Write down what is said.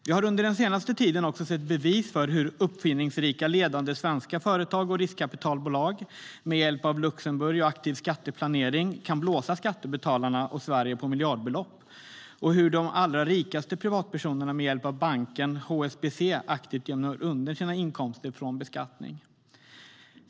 Vi har under den senaste tiden också sett bevis för hur uppfinningsrika ledande svenska företag och riskkapitalbolag, med hjälp av Luxemburg och aktiv skatteplanering, kan blåsa skattebetalarna och Sverige på miljardbelopp och hur de allra rikaste privatpersonerna, med hjälp av banken HSBC, aktivt gömmer undan sina inkomster från beskattning.